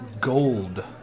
gold